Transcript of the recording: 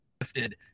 gifted